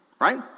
right